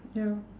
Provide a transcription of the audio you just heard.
ya